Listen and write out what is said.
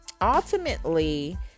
ultimately